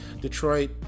Detroit